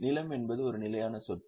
நிலம் என்பது ஒரு நிலையான சொத்து